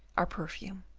our perfume.